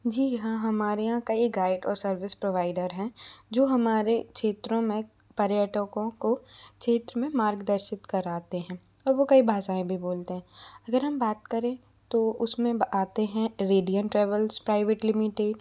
जी हाँ हमारे यहाँ कई गाइड और सर्विस प्रोवाइडर है जो हमारे क्षेत्रों मे पर्यटकों को क्षेत्र में मार्गदर्शित कराते है अब वो कई भाषाएं भी बोलते है अगर हम बात करें तो उसमें आते है रेडियन ट्रैवलस प्राइवेट लिमिटेड